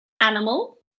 animal